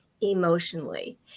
emotionally